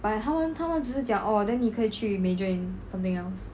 but 他们他们只是讲 oh then 你可以去 major in something else